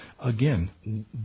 Again